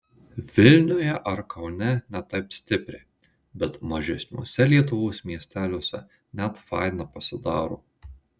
vilniuje ar kaune ne taip stipriai bet mažesniuose lietuvos miesteliuose net faina pasidaro